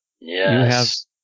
Yes